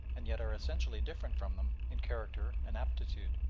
and yet are essentially different from them in character and aptitude.